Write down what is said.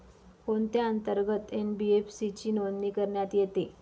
कोणत्या अंतर्गत एन.बी.एफ.सी ची नोंदणी करण्यात येते?